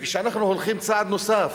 כשאנחנו הולכים צעד נוסף,